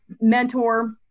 mentor